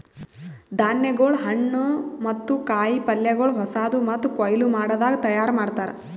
ಧಾನ್ಯಗೊಳ್, ಹಣ್ಣು ಮತ್ತ ಕಾಯಿ ಪಲ್ಯಗೊಳ್ ಹೊಸಾದು ಮತ್ತ ಕೊಯ್ಲು ಮಾಡದಾಗ್ ತೈಯಾರ್ ಮಾಡ್ತಾರ್